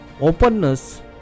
openness